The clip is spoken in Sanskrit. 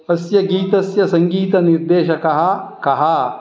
अस्य गीतस्य सङ्गीतनिर्देशकः कः